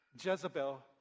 Jezebel